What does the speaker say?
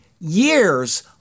years